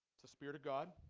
to spirit of god